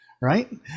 right